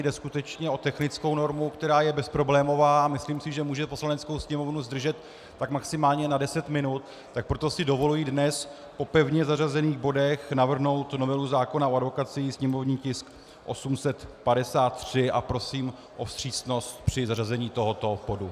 Jde skutečně o technickou normu, která je bezproblémová, a myslím si, že může Poslaneckou sněmovnu zdržet tak maximálně na deset minut, proto si dovoluji dnes po pevně zařazených bodech navrhnout novelu zákona o advokacii, sněmovní tisk 853, a prosím o vstřícnost při zařazení tohoto bodu.